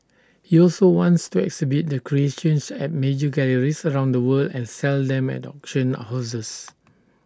he also wants to exhibit the creations at major galleries around the world and sell them at auction houses